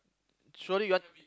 surely you want